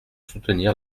soutenir